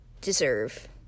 deserve